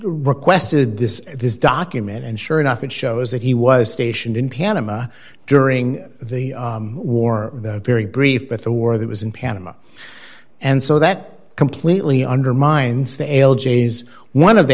requested this this document and sure enough it shows that he was stationed in panama during the war very brief but the war that was in panama and so that completely undermines the l j's one of